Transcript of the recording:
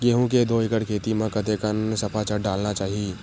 गेहूं के दू एकड़ खेती म कतेकन सफाचट डालना चाहि?